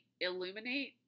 illuminate